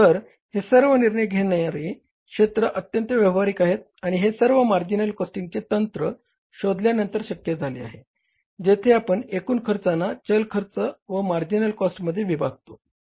तर हे सर्व निर्णय घेणारे क्षेत्र अत्यंत व्यावहारिक आहेत आणि हे सर्व मार्जिनल कॉस्टिंगचे तंत्र शोधल्यानंतर शक्य झाले आहे जेथे आपण एकूण खर्चाना चल खर्च व मार्जिनल कॉस्टिंगमध्ये विभागतो